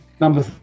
number